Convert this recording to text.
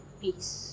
peace